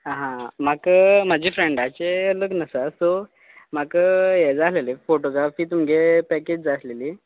हां म्हाका म्हजें फ्रँडाचें लग्न आसा सो म्हाका हें जाय आल्हलें फोटोग्राफी तुमगे पॅकेज जाय आसलेली